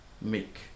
make